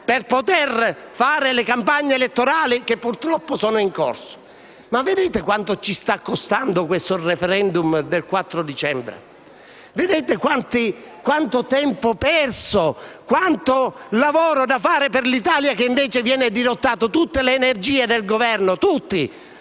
per poter fare le campagne elettorali che purtroppo sono in corso. Ma vedete quanto ci sta costando questo *referendum* del 4 dicembre? Vedete quanto tempo perso, quanto lavoro da fare per l'Italia che invece viene dirottato, con tutte le energie del Governo? Vi